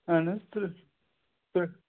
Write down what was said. اہَن حَظ تہٕ تہٕ